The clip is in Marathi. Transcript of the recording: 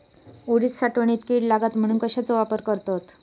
उडीद साठवणीत कीड लागात म्हणून कश्याचो वापर करतत?